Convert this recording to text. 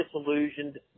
disillusioned